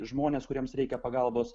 žmones kuriems reikia pagalbos